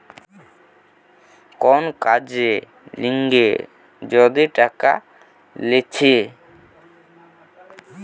কোন কাজের লিগে যদি টাকা লিছে